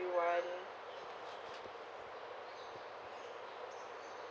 you want